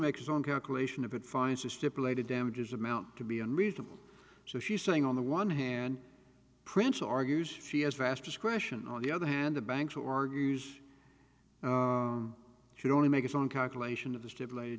make his own calculations of it finds a stipulated damages amount to be unreasonable so she's saying on the one hand prince argues she has vast discretion on the other hand the banks who argues should only make its own calculation of the stipulated